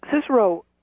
Cicero